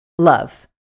love